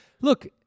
Look